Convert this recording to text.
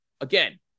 Again